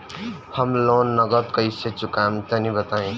हम लोन नगद कइसे चूकाई तनि बताईं?